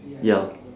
ya